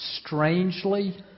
strangely